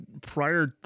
prior